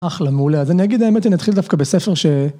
אחלה, מעולה, אז אני אגיד האמת היא נתחיל דווקא בספר ש...